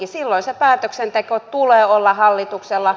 silloin se päätöksenteko tulee olla hallituksella